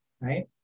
Right